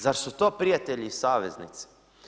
Zar su to prijatelji i saveznici?